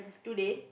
today